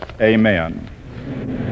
amen